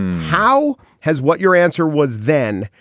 how has what your answer was then?